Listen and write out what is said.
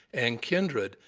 and kindred,